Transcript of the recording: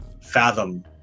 fathom